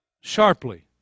sharply